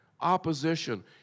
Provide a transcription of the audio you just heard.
Opposition